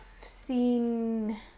seen